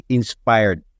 inspired